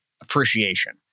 appreciation